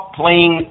playing